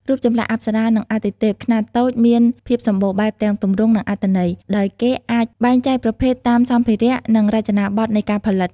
រូបចម្លាក់អប្សរា និងអាទិទេពខ្នាតតូចមានភាពសម្បូរបែបទាំងទម្រង់ និងអត្ថន័យ ដោយគេអាចបែងចែកប្រភេទតាមសម្ភារៈ និងរចនាបថនៃការផលិត។